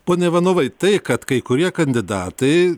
pone ivanovai tai kad kai kurie kandidatai